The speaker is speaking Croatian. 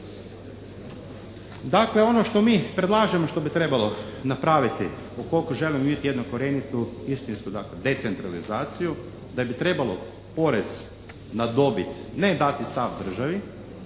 Dakle, ono što mi predlažemo što bi trebalo napraviti ukoliko želim vidjeti jednu korjenitu, istinsku, dakle decentralizaciju da bi trebalo porez na dobit ne dati sav državi